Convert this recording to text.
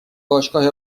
باشگاه